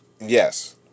Yes